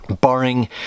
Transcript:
barring